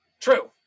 True